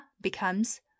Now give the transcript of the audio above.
becomes